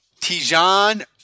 Tijan